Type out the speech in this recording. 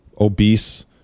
obese